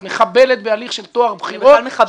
את מחבלת בהליך של טוהר בחירות -- אני בכלל מחבלת.